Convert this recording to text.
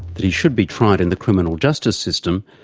that he should be tried in the criminal justice system,